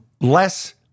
less